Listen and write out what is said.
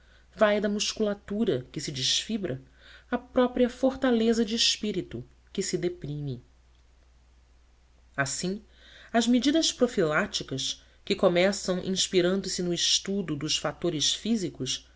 vai da musculatura que se desfibra à própria fortaleza de espírito que se deprime assim as medidas profiláticas que começam inspirando se no estudo dos fatores físicos